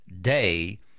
day